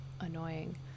annoying